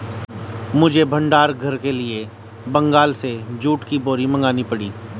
मुझे भंडार घर के लिए बंगाल से जूट की बोरी मंगानी पड़ी